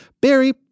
Barry